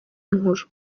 inkuru